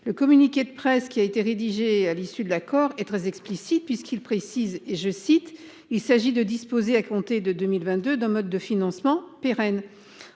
Le communiqué de presse qui a été rédigé à l'issue de l'accord est très explicite puisqu'il précise, je cite, il s'agit de disposer à compter de 2022, 2 modes de financement pérenne